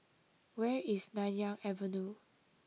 where is Nanyang Avenue